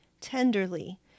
tenderly